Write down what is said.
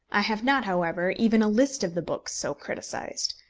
i have not, however, even a list of the books so criticised.